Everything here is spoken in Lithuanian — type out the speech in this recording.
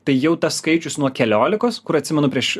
tai jau tas skaičius nuo keliolikos kur atsimenu prieš